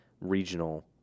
regional